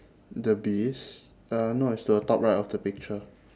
the bees uh no it's to the top right of the picture